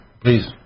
please